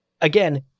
again